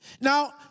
Now